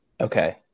Okay